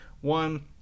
one